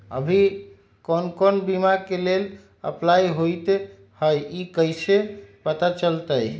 अभी कौन कौन बीमा के लेल अपलाइ होईत हई ई कईसे पता चलतई?